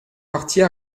parties